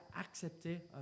accepter